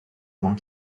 vent